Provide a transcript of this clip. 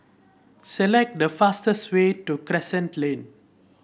select the fastest way to Crescent Lane